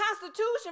constitution